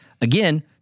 again